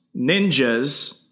ninjas